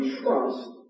trust